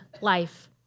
life